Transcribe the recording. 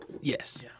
Yes